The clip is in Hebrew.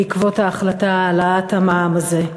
בעקבות ההחלטה על העלאת המע"מ הזה.